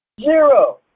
Zero